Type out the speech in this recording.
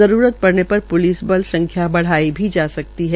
जरूरत पड़ने पर पुलिस बल संख्या बढाई जा सकती है